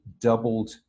doubled